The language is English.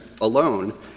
alone